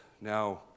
Now